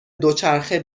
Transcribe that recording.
دوچرخه